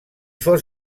fos